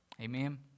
Amen